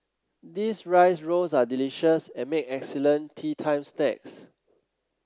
these rice rolls are delicious and make excellent teatime snacks